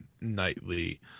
nightly